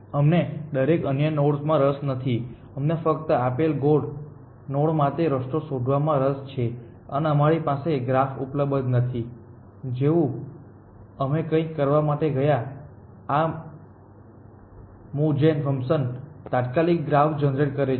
અમને દરેક અન્ય નોડમાં રસ નથી અમને ફક્ત આપેલા ગોલ નોડ માટે રસ્તો શોધવામાં રસ છે અને અમારી પાસે ગ્રાફ ઉપલબ્ધ નથી જેવું અમે કંઈક કરવા માટે ગયા આ મૂવજેન ફંક્શન તાત્કાલિક ગ્રાફ જનરેટ કરે છે